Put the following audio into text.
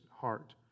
heart